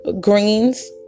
greens